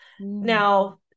Now